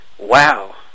Wow